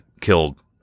killed